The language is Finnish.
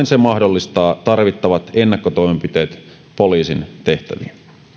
se mahdollistaa tarvittavat ennakkotoimenpiteet poliisin tehtäviin